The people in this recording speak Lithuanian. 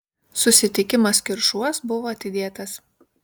susitikimas kiršuos buvo atidėtas